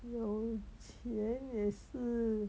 有钱也是